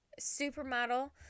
supermodel